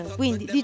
quindi